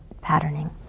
patterning